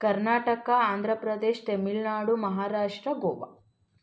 Karnataka Andhra Pradesh Tamil Nadu Maharashtra Goa